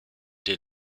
der